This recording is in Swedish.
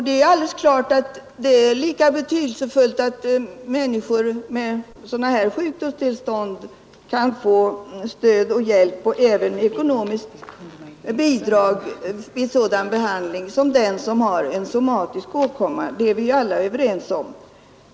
Det är alldeles klart att det är lika betydelsefullt att människor med sjukdomstillstånd av denna typ kan få stöd och hjälp och även ekonomiskt bidrag vid behandlingen härav som den som har en somatisk åkomma. Det är vi alla överens om.